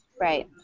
Right